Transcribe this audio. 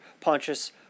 Pontius